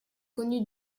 connu